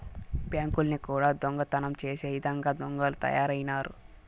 బ్యాంకుల్ని కూడా దొంగతనం చేసే ఇదంగా దొంగలు తయారైనారు